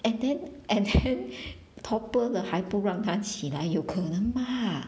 and then and then topple 了还不让她起来有可能 mah